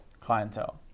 clientele